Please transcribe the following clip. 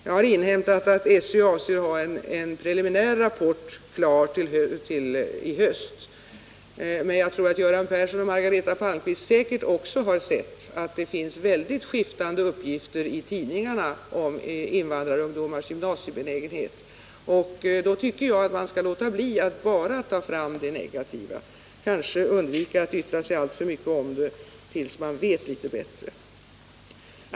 Jag har inhämtat att SÖ avser att ha en preliminär rapport klar till i höst. Men jag tror att Göran Persson och Margareta Palmqvist också har sett att tidningarna innehåller väldigt skiftande uppgifter om invandrarungdomars gymnasiebenägenhet. Därför tycker jag att man skall låta bli att bara dra fram det negativa. Kanske bör man undvika att yttra sig alltför mycket i frågan tills man har litet bättre underlag.